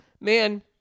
man